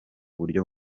buryo